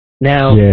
Now